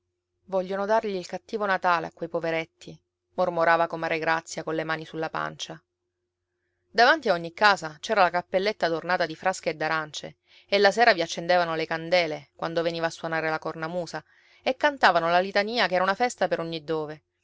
vogliono dargli il cattivo natale a quei poveretti mormorava comare grazia colle mani sulla pancia davanti a ogni casa c'era la cappelletta adornata di frasche e d'arance e la sera vi accendevano le candele quando veniva a suonare la cornamusa e cantavano la litania che era una festa per ogni dove